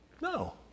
No